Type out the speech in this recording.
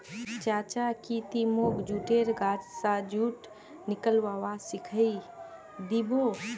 चाचा की ती मोक जुटेर गाछ स जुट निकलव्वा सिखइ दी बो